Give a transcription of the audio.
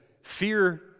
fear